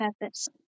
purpose